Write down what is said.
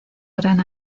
gran